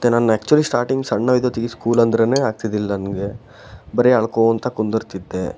ಮತ್ತು ನಾನು actually starting ಸಣ್ಣ ಇದ್ದೋತಿಗೆ ಸ್ಕೂಲ್ ಅಂದರೇನೆ ಆಗ್ತಿದಿಲ್ಲ ನನಗೆ ಬರೇ ಅಳ್ಕೊಳ್ತಾ ಕುಂದಿರ್ತಿದ್ದೆ